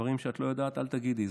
דברים שאת לא יודעת, אל תגידי.